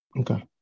Okay